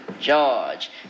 George